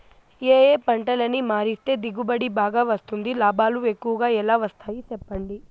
ఏ ఏ పంటలని మారిస్తే దిగుబడి బాగా వస్తుంది, లాభాలు ఎక్కువగా ఎలా వస్తాయి సెప్పండి